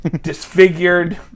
disfigured